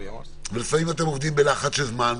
ולפעמים אתם עובדים בלחץ של זמן,